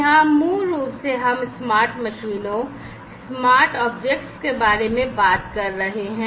यहां मूल रूप से हम स्मार्ट मशीनों स्मार्ट ऑब्जेक्ट्स के बारे में बात कर रहे हैं